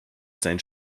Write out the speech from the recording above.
seinen